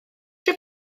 trwy